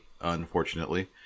unfortunately